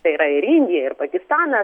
tai yra ir indija ir pakistanas